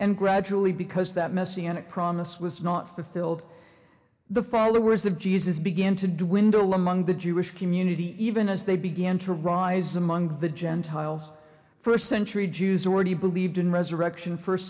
and gradually because that messianic promise was not fulfilled the followers of jesus began to do window among the jewish community even as they began to rise among the gentiles first century jews already believed in resurrection first